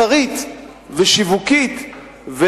מסחרית ושיווקית,